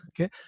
okay